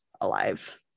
alive